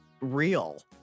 real